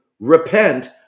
Repent